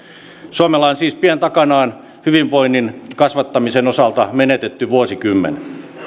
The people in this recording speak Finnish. suomella on siis pian takanaan hyvinvoinnin kasvattamisen osalta menetetty vuosikymmen